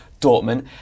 Dortmund